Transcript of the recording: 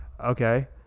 okay